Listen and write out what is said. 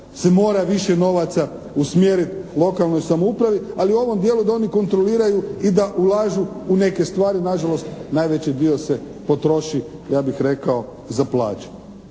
se mora više novaca usmjeriti lokalnoj samoupravi, ali u ovom dijelu da oni kontroliraju i da ulažu u neke stvari nažalost najveći dio se potroši, ja bih rekao za plaće.